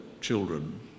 children